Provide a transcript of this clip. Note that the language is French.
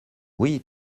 oui